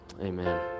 amen